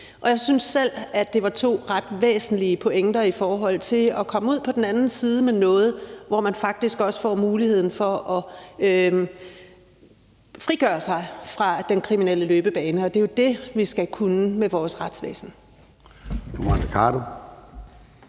Jeg syntes selv, at det var to ret væsentlige pointer i forhold til at komme ud på den anden side med noget, som kan medvirke til, at man faktisk også får muligheden for at frigøre sig fra den kriminelle løbebane. Det er jo det, vi skal kunne med vores retsvæsen.